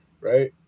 right